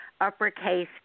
uppercase